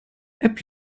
app